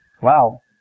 Wow